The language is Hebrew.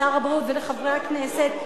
לשר הבריאות ולחברי הכנסת,